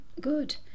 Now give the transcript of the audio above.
good